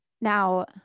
Now